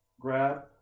grab